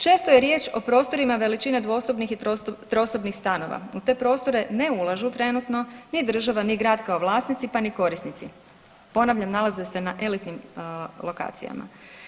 Često je riječ o prostorima veličine dvosobnih i trosobnih stanova, u te prostore ne ulažu trenutno ni država, ni grad kao vlasnici, pa ni korisnici, ponavljam nalaze se na elitinim lokacijama.